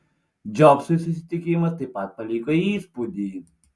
džobsui susitikimas taip pat paliko įspūdį